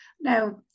now